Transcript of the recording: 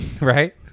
right